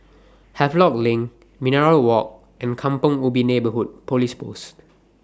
Havelock LINK Minaret Walk and Kampong Ubi Neighbourhood Police Post